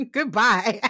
Goodbye